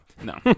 No